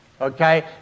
Okay